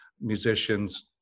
musicians